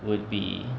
would be